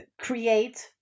create